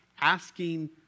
asking